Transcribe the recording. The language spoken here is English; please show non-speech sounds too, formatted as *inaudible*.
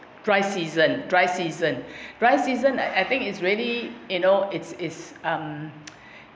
dry season dry season *breath* dry season I think it's really you know it's it's um *noise*